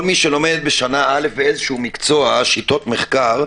כל מי שלומד בשנה א' באיזה מקצוע שיטות מחקר,